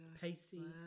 Pacey